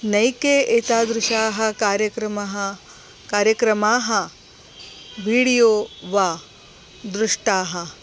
नैके एतादृशाः कार्यक्रमः कार्यक्रमाः वीडियो वा दृष्टाः